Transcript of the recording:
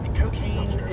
cocaine